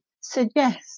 suggest